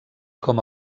com